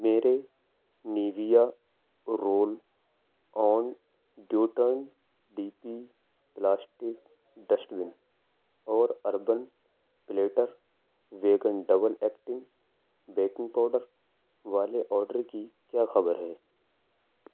میرے Nivea roll on ڈیوٹرن D P plastic dust bin اور Urban Platter vegan double acting baking powder والے order کی کیا خبر ہے